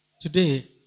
Today